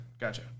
Gotcha